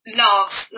love